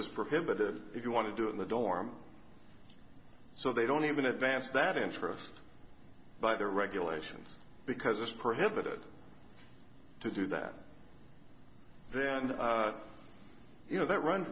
is prohibited if you want to do in the dorm so they don't even advance that interest by the regulations because it's prohibited to do that there you know that run